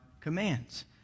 commands